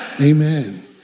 Amen